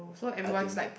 I think